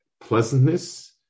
pleasantness